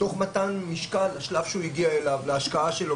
תוך מתן משקל לשלב שהוא הגיע אליו, להשקעה שלו.